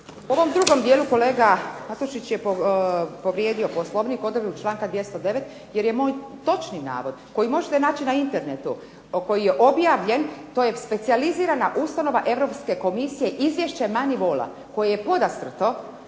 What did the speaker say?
U ovom drugom dijelu kolega Matušić je povrijedio Poslovnik odredbu članka 209. jer je moj točni navod koji možete naći na internetu koji je objavljen, to je specijalizirana ustanova Europske komisije izvješće Maneyvala koje je podastrto